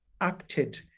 acted